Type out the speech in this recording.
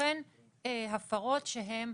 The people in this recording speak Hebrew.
לכן הפרות שהן